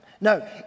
No